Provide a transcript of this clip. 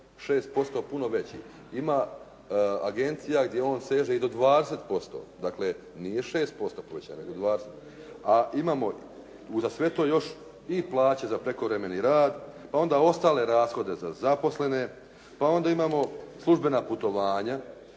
6% puno veći. Ima agencija gdje on seže i do 20%, dakle nije 6% povećan, nego 20%, a imamo uza sve to i plaće za prekovremeni rad, pa onda ostale rashode za zaposlene, pa onda imamo službena putovanja,